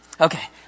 Okay